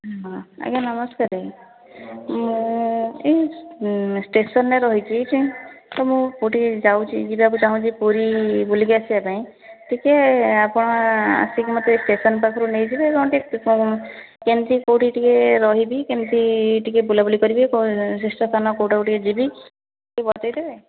ହଁ ଆଜ୍ଞା ନମସ୍କାରେ ମୁଁ ଏଇ ଷ୍ଟେସନରେ ରହିଛି ମୁଁ କେଉଁଠି ଯାଉଛି ଯିବାକୁ ଚାହୁଁଛି ପୁରୀ ବୁଲିକି ଆସିବାପାଇଁ ଟିକେ ଆପଣ ଆସିକି ମୋତେ ଷ୍ଟେସନ ପାଖରୁ ନେଇଯିବେ କ'ଣ କେମିତି କେଉଁଠି ଟିକେ ରହିବି କେମିତି ଟିକେ ବୁଲାବୁଲି କରିବି କ'ଣ ତୀର୍ଥସ୍ଥାନ କେଉଁଟାକୁ ଟିକେ ଯିବି ଟିକେ ବତାଇଦେବେ